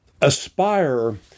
aspire